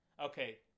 okay